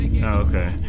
Okay